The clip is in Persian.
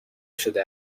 شده